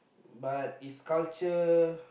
but its culture